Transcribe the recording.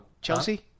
Chelsea